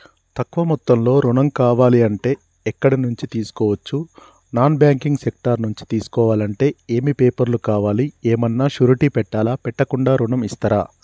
తక్కువ మొత్తంలో ఋణం కావాలి అంటే ఎక్కడి నుంచి తీసుకోవచ్చు? నాన్ బ్యాంకింగ్ సెక్టార్ నుంచి తీసుకోవాలంటే ఏమి పేపర్ లు కావాలి? ఏమన్నా షూరిటీ పెట్టాలా? పెట్టకుండా ఋణం ఇస్తరా?